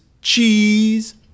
cheese